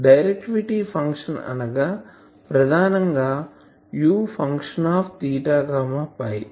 directivity function అనగా ప్రదానం గా U